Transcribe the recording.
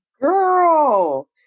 Girl